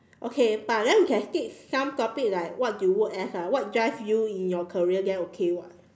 okay but then we then can skip some topic like what do you work as ah what drive you in your career then okay [what]